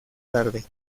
tarde